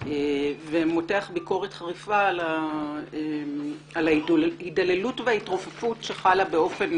ומותח ביקורת חריפה על ההידללות וההתרופפות שחלה באופן